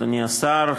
אדוני השר,